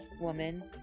woman